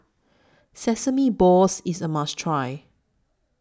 Sesame Balls IS A must Try